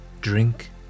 drink